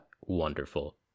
Wonderful